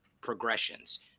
progressions